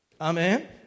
Amen